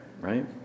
right